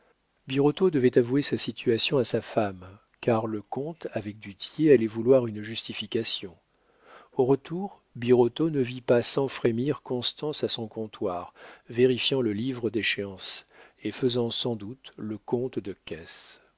devait avouer sa situation à sa femme car le compte avec du tillet allait vouloir une justification au retour birotteau ne vit pas sans frémir constance à son comptoir vérifiant le livre d'échéances et faisant sans doute le compte de caisse